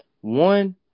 one